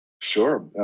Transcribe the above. Sure